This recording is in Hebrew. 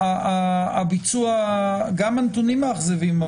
גם הנתונים מאכזבים,